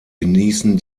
genießen